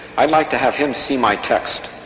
i'd like to have him see my text.